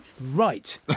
right